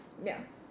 ya